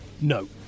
No